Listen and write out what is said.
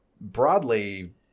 broadly